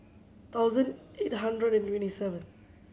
thousand eight hundred and twenty seven